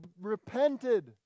repented